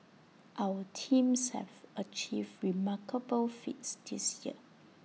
our teams have achieved remarkable feats this year